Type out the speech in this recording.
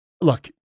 look